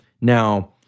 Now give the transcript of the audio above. Now